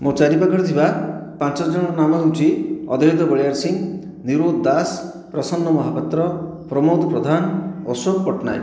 ମୋ ଚାରି ପାଖରେ ଥିବା ପାଞ୍ଚ ଜଣଙ୍କ ନାଁ ହେଉଛି ଅଧିରୋଧ ବଳିୟାରସିଂ ନିରୋଧ ଦାସ ପ୍ରସନ୍ନ ମହାପାତ୍ର ପ୍ରମୋଦ ପ୍ରଧାନ ଅଶୋକ ପଟ୍ଟନାୟକ